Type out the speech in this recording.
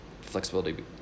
flexibility